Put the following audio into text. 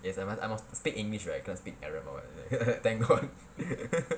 yes I must I must speak english right can not speak arab or what right thank god